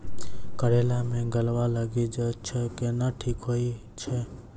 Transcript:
करेला मे गलवा लागी जे छ कैनो ठीक हुई छै?